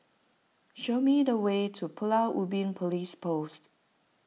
show me the way to Pulau Ubin Police Post